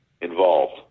involved